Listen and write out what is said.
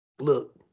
Look